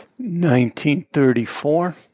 1934